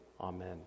Amen